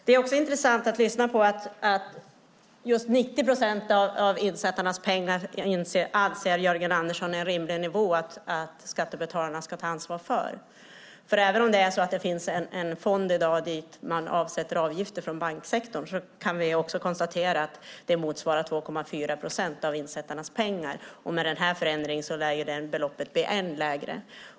Det är intressant att höra att Jörgen Andersson anser att just 90 procent av insättarnas pengar är en rimlig nivå när det gäller skattebetalarnas ansvar. Det finns en fond i dag till vilken avgifter avsätts från banksektorn. Men vi kan konstatera att det motsvarar 2,4 procent av insättarnas pengar. Med den här förändringen lär det beloppet bli ännu lägre.